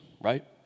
right